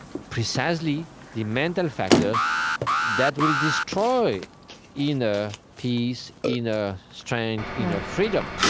precisely the mental factors that will destroy inner peace, inner strength, inner freedom.